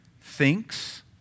thinks